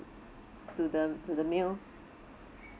to the to the meal